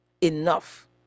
enough